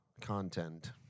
content